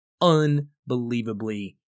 unbelievably